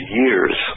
years